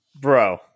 bro